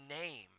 name